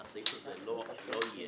שהסעיף הזה לא יהיה.